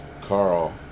Carl